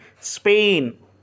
Spain